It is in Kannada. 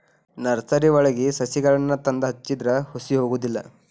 ನರ್ಸರಿವಳಗಿ ಸಸಿಗಳನ್ನಾ ತಂದ ಹಚ್ಚಿದ್ರ ಹುಸಿ ಹೊಗುದಿಲ್ಲಾ